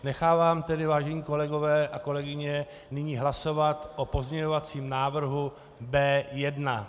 Nechávám tedy, vážení kolegové a kolegyně, nyní hlasovat o pozměňovacím návrhu B1.